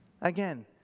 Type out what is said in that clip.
Again